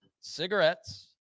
cigarettes